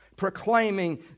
proclaiming